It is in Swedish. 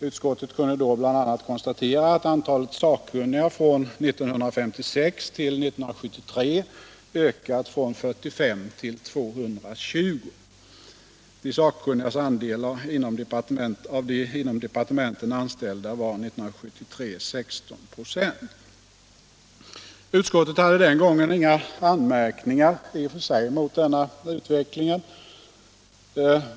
Utskottet kunde då bl.a. konstatera att antalet sakkunniga från 1956 till 1973 ökat från 45 till 220. De sakkunnigas andel av de inom departementen anställda var 1973 16 96. Utskottet hade den gången inga anmärkningar mot den här utvecklingen.